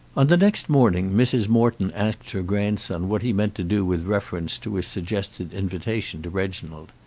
on the next morning mrs. morton asked her grandson what he meant to do with reference to his suggested invitation to reginald.